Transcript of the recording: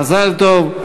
מזל טוב.